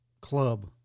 club